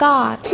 God